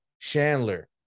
Chandler